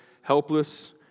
helpless